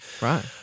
Right